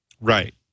Right